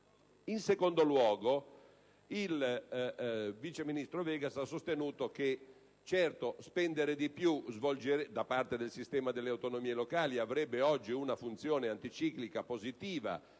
In secondo luogo, il vice ministro Vegas ha sostenuto che spendere di più da parte del sistema delle autonomie locali avrebbe oggi una funzione anticiclica positiva